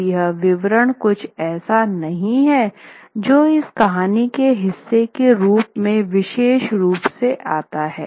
अब यह विवरण कुछ ऐसा नहीं है जो इस कहानी के हिस्से के रूप में विशेष रूप से आता है